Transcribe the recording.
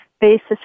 basis